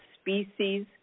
species